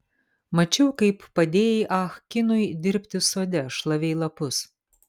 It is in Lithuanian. mačiau kaip padėjai ah kinui dirbti sode šlavei lapus